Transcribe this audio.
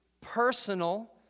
personal